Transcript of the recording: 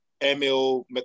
Emil